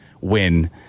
win